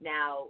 Now